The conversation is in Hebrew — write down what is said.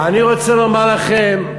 אני רוצה לומר לכם,